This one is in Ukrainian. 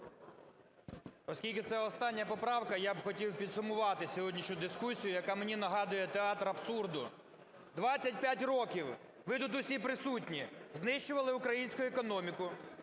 Оскільки це остання поправка, я б хотів підсумувати сьогоднішню дискусію, яка мені нагадує театр абсурду. 25 років ви, тут всі присутні, знищували українську економіку,